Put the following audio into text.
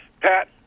Pat